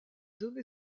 donné